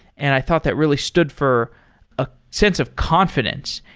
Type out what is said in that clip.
and i thought that really stood for a sense of confidence,